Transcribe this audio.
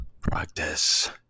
practice